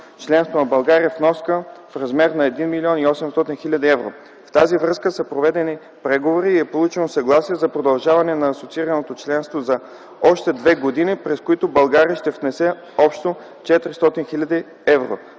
членство на България вноска в размер на 1 млн. 800 хил. евро. В тази връзка са проведени преговори и е получено съгласие за продължаване на асоциираното членство за още две години, през които България ще внесе общо 400 хил. евро.